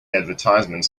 advertisements